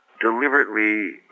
deliberately